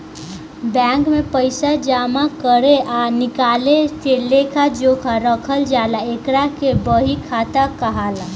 bank में पइसा जामा करे आ निकाले के लेखा जोखा रखल जाला एकरा के बही खाता कहाला